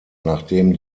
nachdem